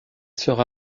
sera